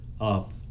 up